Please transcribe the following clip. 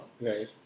right